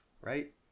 right